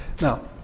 Now